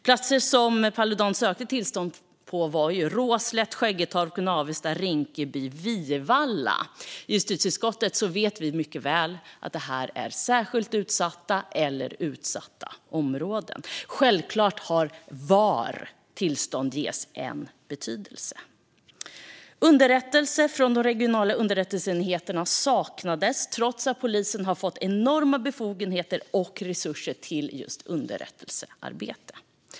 Platser som Paludan sökte tillstånd för var Råslätt, Skäggetorp, Navestad, Rinkeby och Vivalla. I justitieutskottet vet vi mycket väl att det här är särskilt utsatta eller utsatta områden. Självklart har var tillstånd ges en betydelse. Underrättelser från de regionala underrättelseenheterna saknades, trots att polisen har fått enorma befogenheter och resurser till just underrättelsearbete.